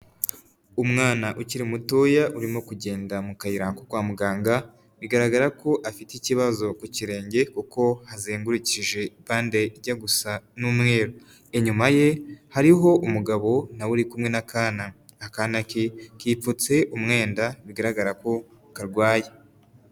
Umwana ukiri mutoya urimo kugenda mu kayirako kwa muganga, bigaragara ko afite ikibazo ku kirenge kuko hazengurukije bande ijya gusa n'umweru, inyuma ye hariho umugabo nawe uri kumwe na kana akana ke kipfutse umwenda bigaragara ko karwaye.